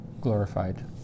glorified